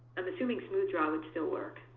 i'm assuming smoothdraw would still work.